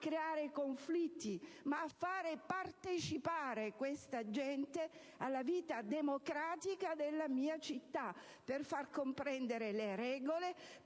a creare conflitti, bensì a far partecipare questa gente alla vita democratica della città. Questo, per far comprendere le regole,